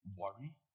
worry